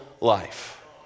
life